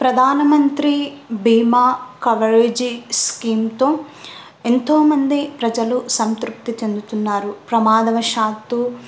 ప్రధానమంత్రి బీమా కవరేజ్ స్కీమ్తో ఎంతోమంది ప్రజలు సంతృప్తి చెందుతున్నారు ప్రమాదవశాత్తు